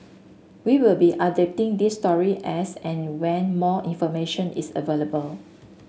we will be updating this story as and when more information is available